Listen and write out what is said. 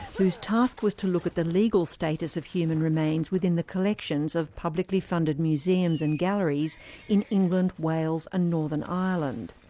whose task was to look at the legal status of human remains within the collections of publicly funded museums and galleries in england, wales and northern ireland.